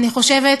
אני חושבת,